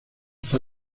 fue